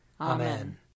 Amen